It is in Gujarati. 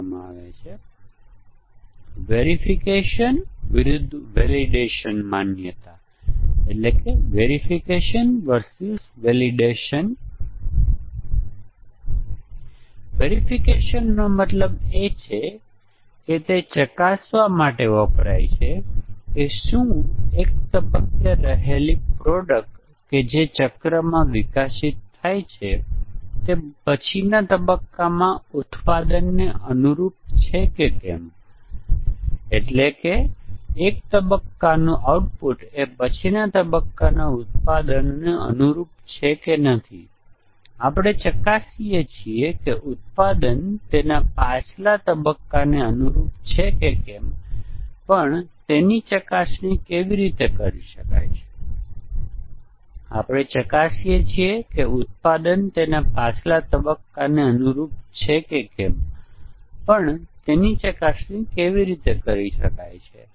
બોટમ અપ ઈન્ટિગ્રેશન ટેસ્ટિંગમાં આપણી પાસે આ મોડ્યુલ સ્ટ્રક્ચર છે જે તમામ મોડ્યુલોનું કોલ સ્ટ્રક્ચર છે અને બોટમ લેવલથી શરૂ થશે અને જો આપણી પાસે સારી રીતે ડિઝાઈન કરેલ પ્રોગ્રામ હોય તો બોટમ લેવલ સારી રીતે વ્યાખ્યાયિત કરવામાં આવે છે અને પછી આપણે સૌથી નીચેનું સ્તર અને તેની સાથે એક મોડ્યુલને સંકલિત કરો તેની સાથે બીજું નીચેનું મોડ્યુલ પરંતુ પછી જ્યારે આપણે આ ઈન્ટીગ્રેશન કરીએ છીએ કારણ કે આ તળિયાના સ્તરના મોડ્યુલ છે ત્યારે આપણી પાસે કેટલાક સોફ્ટવેર હોવા જોઈએ જે ડ્રાઈવર લખેલા હોય જે વાસ્તવમાં આ તળિયાના મોડ્યુલોને કહેશે